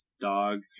dog